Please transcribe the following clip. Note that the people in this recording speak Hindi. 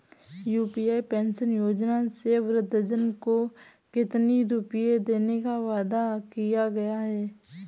यू.पी पेंशन योजना में वृद्धजन को कितनी रूपये देने का वादा किया गया है?